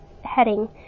heading